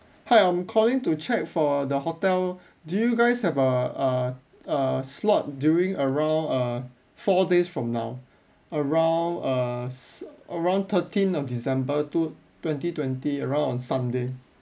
hi I'm calling to check for the hotel do you guys have a a a slot during around err four days from now around err around thirteen of december to twenty twenty around on sunday